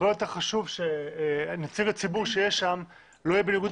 הרבה יותר חשוב שנציג הציבור שיהיה שם לא יהיה בניגוד